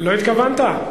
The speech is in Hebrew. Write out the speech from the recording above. לא התכוונתי.